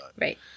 Right